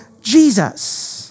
Jesus